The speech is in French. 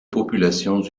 populations